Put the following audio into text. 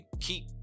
keep